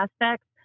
aspects